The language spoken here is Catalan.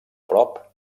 prop